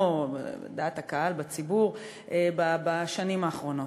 בדעת הקהל בציבור בשנים האחרונות.